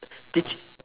did